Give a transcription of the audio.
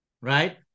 right